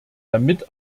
damit